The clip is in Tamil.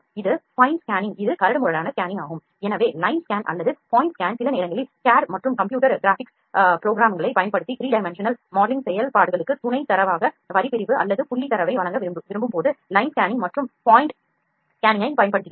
இது ஃபைன் ஸ்கேனிங் இது கரடுமுரடான ஸ்கேனிங் ஆகும் எனவே லைன் ஸ்கேன் அல்லது பாயிண்ட் ஸ்கேன் சில நேரங்களில் CAD மற்றும் கம்ப்யூட்டர் கிராபிக்ஸ் புரோகிராம்களைப் பயன்படுத்தி 3 dimensional மாடலிங் செயல்பாடுகளுக்கு துணைத் தரவாக வரி பிரிவு அல்லது புள்ளி தரவை வழங்க விரும்பும்போது லைன் ஸ்கேனிங் மற்றும் பாயிண்ட் ஸ்கேனிங்கைப் பயன்படுத்துகிறோம்